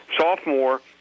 sophomore